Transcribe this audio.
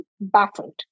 baffled